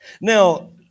Now